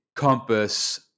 compass